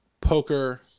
poker